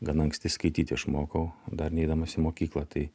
gana anksti skaityt išmokau dar neidamas į mokyklą tai